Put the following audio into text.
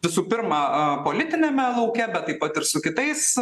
visų pirma aa politiniame lauke bet taip pat ir su kitais